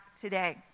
today